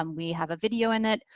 um we have a video in it.